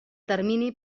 termini